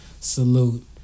Salute